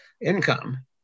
income